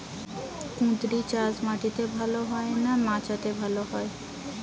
কুঁদরি চাষ মাটিতে ভালো হয় না মাচাতে ভালো হয়?